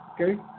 Okay